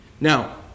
Now